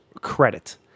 credit